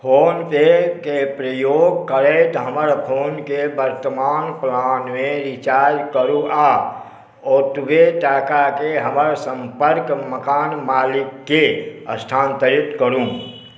फोनपेके प्रयोग करैत हमर फोनके वर्तमान प्लानमे रिचार्ज करू आओर ओतबे टाकाके हमर सम्पर्क मकान मालिकके स्थानान्तरित करू